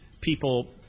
people